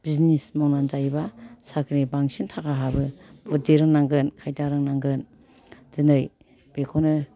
business मावनानै जायोबा साख्रिनिफ्राय बांसिन थाखा हाबो बुद्दि रोंनांगोन खायदा रोंनांगोन दिनै बेखौनो